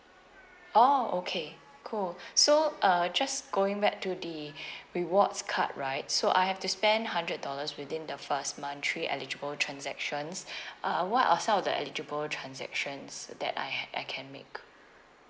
orh okay cool so uh just going back to the rewards card right so I have to spend hundred dollars within the first month three eligible transactions uh what are some of the eligible transactions that I ha~ I can make